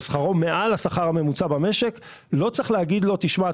או שכרו מעל השכר הממוצע במשק לא צריך להגיד לו תשמע,